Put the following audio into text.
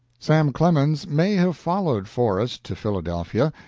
sam clemens may have followed forrest to philadelphia.